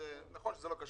למרות שלא היה